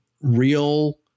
real